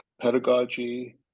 pedagogy